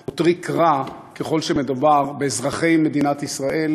הוא טריק רע ככל שמדובר באזרחי מדינת ישראל,